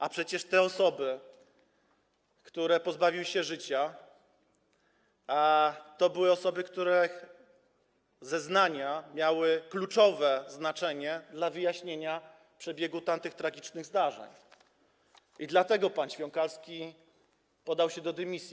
A przecież te osoby, które pozbawiły się życia, to były osoby, których zeznania miały kluczowe znaczenie dla wyjaśnienia przebiegu tamtych tragicznych zdarzeń, i dlatego pan Ćwiąkalski podał się do dymisji.